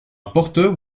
porteur